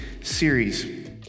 series